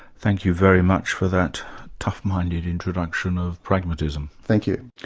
thank you very much for that tough-minded introduction of pragmatism. thank you.